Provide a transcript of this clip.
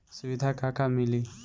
सुविधा का का मिली?